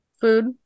food